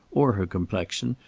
or her complexion,